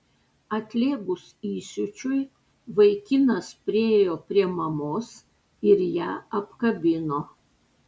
atlėgus įsiūčiui vaikinas priėjo prie mamos ir ją apkabino